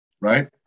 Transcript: right